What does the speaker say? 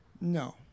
no